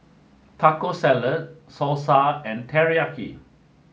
Taco Salad Salsa and Teriyaki